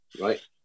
right